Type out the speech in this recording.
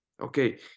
okay